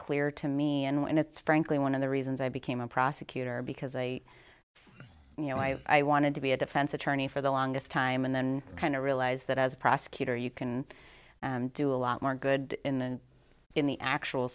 clear to me and it's frankly one of the reasons i became a prosecutor because a you know i wanted to be a defense attorney for the longest time and then kind of realize that as a prosecutor you can do a lot more good in in the actual